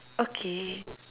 okay